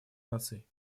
наций